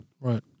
Right